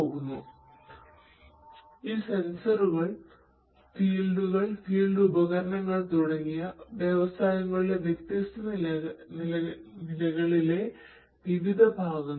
വ്യത്യസ്ത സെൻസറുകൾഫീൽഡുകൾഫീൽഡ് ഉപകരണങ്ങൾ തുടങ്ങിയവ വ്യവസായങ്ങളുടെ വ്യത്യസ്ത നിലകളിലെ വിവിധ ഭാഗങ്ങളിൽ